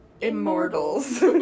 immortals